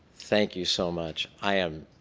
thank you so much. i am